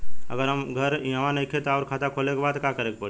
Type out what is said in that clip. अगर हमार घर इहवा नईखे आउर खाता खोले के बा त का करे के पड़ी?